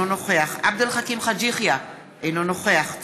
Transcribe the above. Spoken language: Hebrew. אינו נוכח עבד אל חכים חאג' יחיא,